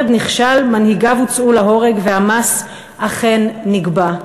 המרד נכשל, מנהיגיו הוצאו להורג, והמס אכן נגבה.